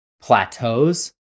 plateaus